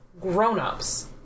grown-ups